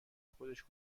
خودش